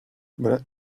but